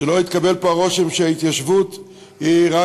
שלא יתקיים פה הרושם שההתיישבות היא רק